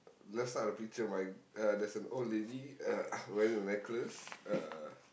left side of the picture my uh there's an old lady uh wearing a necklace uh